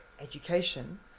education